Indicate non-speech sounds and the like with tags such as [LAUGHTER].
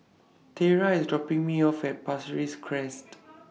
Tiera IS dropping Me off At Pasir Ris Crest [NOISE]